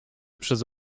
przez